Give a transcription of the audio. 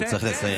הוא צריך לסיים.